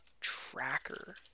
Tracker